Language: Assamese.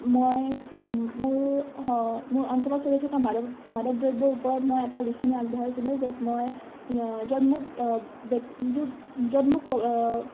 মই মোৰ মোৰ অঞ্চলত চলি থকা মাদক দ্ৰব্যৰ ওপৰত মই এটা লিখনি আগবঢ়াইছিলোঁ য'ত মই য'ত মোক য'ত মোক